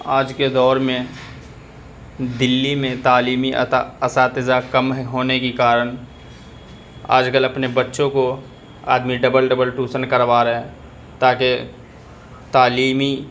آج کے دور میں دلی میں تعلیمی اساتذہ کم ہیں ہونے کی کارن آج کل اپنے بچوں کو آدمی ڈبل ڈبل ٹیوشن کروا رہے ہیں تاکہ تعلیمی